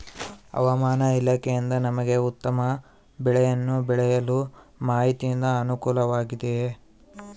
ಹವಮಾನ ಇಲಾಖೆಯಿಂದ ನಮಗೆ ಉತ್ತಮ ಬೆಳೆಯನ್ನು ಬೆಳೆಯಲು ಮಾಹಿತಿಯಿಂದ ಅನುಕೂಲವಾಗಿದೆಯೆ?